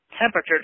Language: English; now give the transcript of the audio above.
temperature